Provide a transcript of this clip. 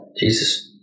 Jesus